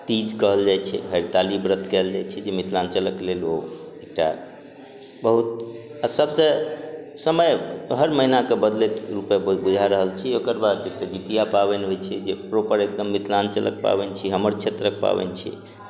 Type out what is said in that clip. तीज कहल जाइ छै हरताली व्रत कयल जाइ छै जे मिथिलाञ्चलक लेल ओ एकटा बहुत आओर सभसँ समय हर महीनाके बदलैत रूपे बुझा रहल छी ओकर बाद एकटा जितिया पाबैन होइ छै जे प्रोपर एकदम मिथिलाञ्चलक पाबैन छी हमर क्षेत्रक पाबैन छी